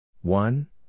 One